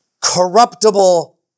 Corruptible